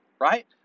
right